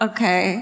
Okay